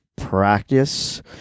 Practice